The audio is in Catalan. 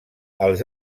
els